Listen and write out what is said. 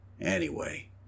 Anyway